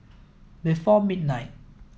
before midnight